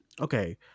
okay